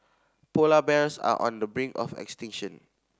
polar bears are on the brink of extinction